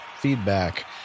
feedback